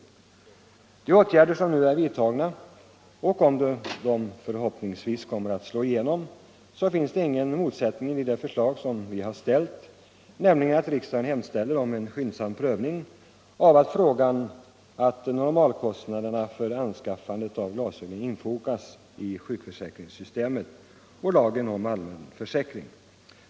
Om de åtgärder som nu således redan på sina håll är vidtagna förhoppningsvis kommer att slå igenom, ligger de helt i linje med det förslag vi har ställt, nämligen att riksdagen hemställer om en skyndsam prövning av frågan om att normalkostnaderna för anskaffandet av glasögon infogas i sjukförsäkringssystemet och lagen om allmän försäkring.